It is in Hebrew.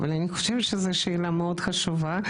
אבל אני חושבת שזו שאלה מאוד חשובה.